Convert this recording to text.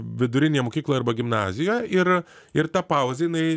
vidurinėje mokykloje arba gimnaziją ir ir ta pauzė jinai